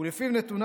לפיו נתונה,